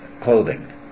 clothing